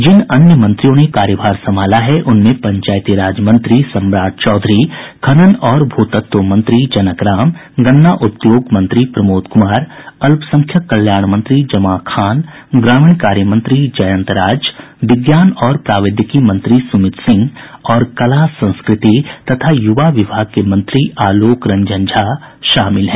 जिन अन्य मंत्रियों ने कार्यभार संभाला है उनमें पंचायती राज मंत्री सम्राट चौधरी खनन और भूतत्व मंत्री जनक राम गन्ना उद्योग मंत्री प्रमोद कुमार अल्पसंख्यक कल्याण मंत्री जमां खान ग्रामीण कार्य मंत्री जयंत राज विज्ञान और प्रावैधिकी मंत्री सुमित सिंह और कला संस्कृति तथा युवा विभाग के मंत्री आलोक रंजन शामिल हैं